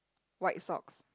white socks